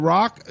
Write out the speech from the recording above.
Rock